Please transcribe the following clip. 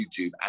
YouTube